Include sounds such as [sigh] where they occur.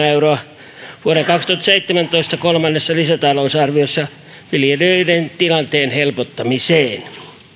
[unintelligible] euroa vuoden kaksituhattaseitsemäntoista kolmannessa lisätalousarviossa viljelijöiden tilanteen helpottamiseen